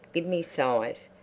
give me size.